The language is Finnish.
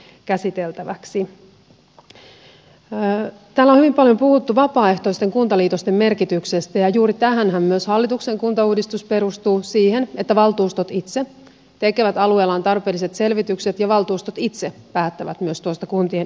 täällä on hyvin paljon puhuttu vapaaehtoisten kuntaliitosten merkityksestä ja juuri tähänhän myös hallituksen kuntauudistus perustuu siihen että valtuustot itse tekevät alueellaan tarpeelliset selvitykset ja valtuustot itse päättävät myös kuntien yhdistymisestä